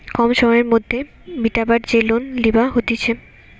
কম সময়ের মধ্যে মিটাবার যে লোন লিবা হতিছে